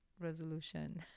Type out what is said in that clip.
resolution